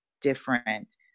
different